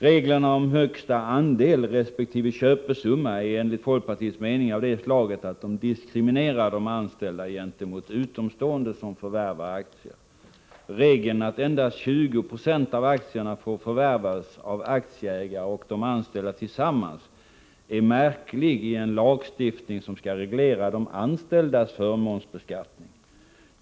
Reglerna om högsta andel resp. köpesumma är enligt folkpartiets mening av det slaget att de diskriminerar de anställda gentemot utomstående som förvärvar aktier. å Regeln att endast 20 96 av aktierna får förvärvas av aktieägarna och de anställda tillsammans är märklig i en lagstiftning som skall reglera de anställdas förmånsbeskattning.